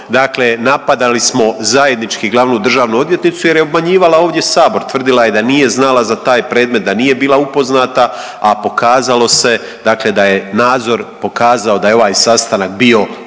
Dakle, napadali smo zajednički glavnu državnu odvjetnicu, jer je obmanjivala ovdje Sabor. Tvrdila je da nije znala za taj predmet, da nije bila upoznata, a pokazalo se, dakle da je nadzor pokazao da je ovaj sastanak bio u